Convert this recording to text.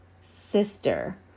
sister